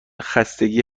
خستگی